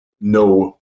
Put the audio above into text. no